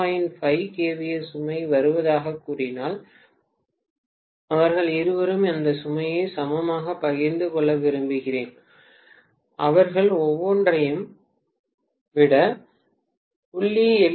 5 KVA சுமை வருவதாகக் கூறினால் அவர்கள் இருவரும் அந்த சுமையை சமமாகப் பகிர்ந்து கொள்ள விரும்புகிறேன் அவர்கள் ஒவ்வொன்றையும் விட 0